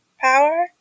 power